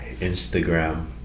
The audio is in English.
Instagram